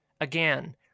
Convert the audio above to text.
again